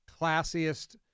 classiest